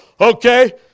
okay